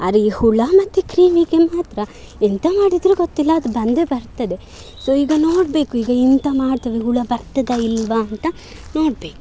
ಆದ್ರೆ ಈ ಹುಳು ಮತ್ತೆ ಕ್ರಿಮಿಗೆ ಮಾತ್ರ ಎಂತ ಮಾಡಿದರು ಗೊತ್ತಿಲ್ಲ ಅದು ಬಂದೇ ಬರ್ತದೆ ಸೊ ಈಗ ನೋಡಬೇಕು ಈಗ ಎಂತ ಮಾಡ್ತವೆ ಹುಳು ಬರ್ತದಾ ಇಲ್ಲವಾ ಅಂತ ನೋಡಬೇಕು